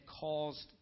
caused